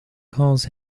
calls